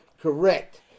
Correct